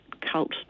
cult